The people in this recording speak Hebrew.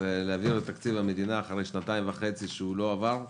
להעביר את תקציב המדינה אחרי שנתיים וחצי שהוא לא עבר.